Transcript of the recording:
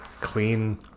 clean